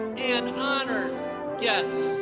and honored guests.